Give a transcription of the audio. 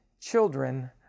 children